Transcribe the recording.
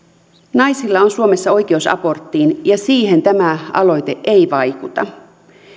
naisilla on suomessa oikeus aborttiin ja siihen tämä aloite ei vaikuta